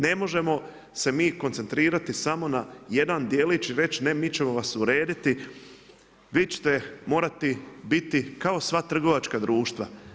Ne možemo se mi koncentrirati na samo jedan djelić, reći mi ćemo vas urediti, vi ćete morati biti kao sva trgovačka društva.